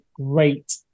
great